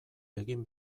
egin